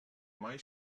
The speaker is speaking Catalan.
mai